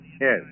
Yes